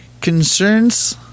concerns